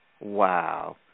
Wow